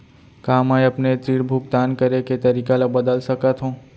का मैं अपने ऋण भुगतान करे के तारीक ल बदल सकत हो?